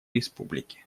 республики